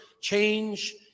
change